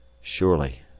surely,